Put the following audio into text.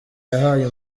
yahaye